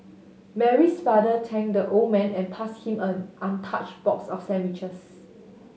Mary's father thanked the old man and passed him an untouched box of sandwiches